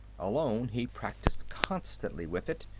alone, he practiced constantly with it,